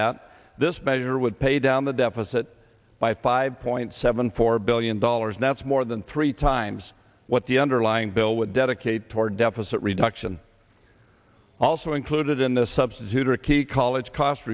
that this measure would pay down the deficit by five point seven four billion dollars that's more than three times what the underlying bill would dedicate toward deficit reduction also included in this substitute are a key college cost